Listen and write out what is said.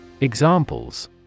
Examples